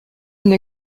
une